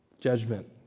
judgment